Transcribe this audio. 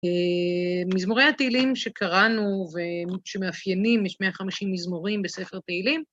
מזמורי התהילים שקראנו ושמאפיינים, יש 150 מזמורים בספר תהילים.